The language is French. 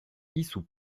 issou